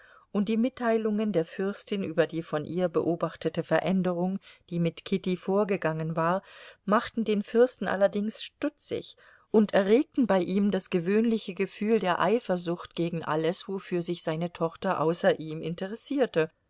und die mitteilungen der fürstin über die von ihr beobachtete veränderung die mit kitty vorgegangen war machten den fürsten allerdings stutzig und erregten bei ihm das gewöhnliche gefühl der eifersucht gegen alles wofür sich seine tochter außer ihm interessierte